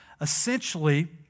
Essentially